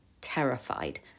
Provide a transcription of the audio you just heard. terrified